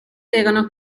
erano